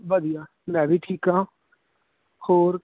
ਵਧੀਆ ਮੈਂ ਵੀ ਠੀਕ ਹਾਂ ਹੋਰ